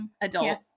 adult